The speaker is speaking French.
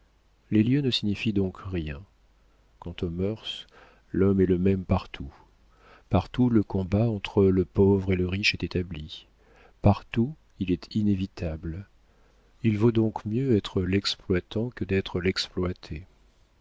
les lieux ne signifient donc rien quant aux mœurs l'homme est le même partout partout le combat entre le pauvre et le riche est établi partout il est inévitable il vaut donc mieux être l'exploitant que d'être l'exploité